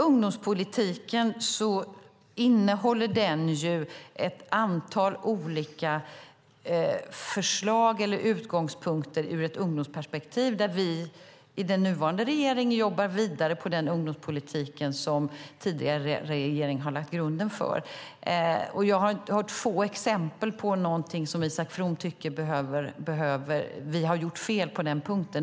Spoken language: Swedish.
Ungdomspolitiken innehåller ett antal olika förslag och utgångspunkter ur ett ungdomsperspektiv. Vi i den nuvarande regeringen jobbar vidare på den ungdomspolitik som tidigare regering lagt grunden för. Jag har hört få exempel på saker där Isak From tycker att vi har gjort fel.